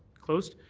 closed.